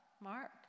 Mark